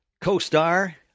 co-star